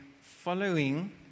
following